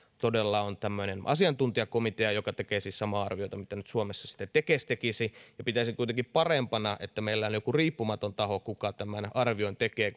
todella on tämmöinen asiantuntijakomitea joka tekee siis samaa arviota kuin sitten suomessa tekes tekisi pitäisin kuitenkin parempana sitä että meillä on joku riippumaton taho joka tämän arvion tekee